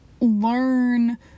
learn